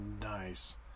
nice